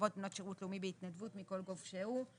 לרבות בנות שירות לאומי בהתנדבות מכל גוף שהוא.